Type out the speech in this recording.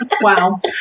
Wow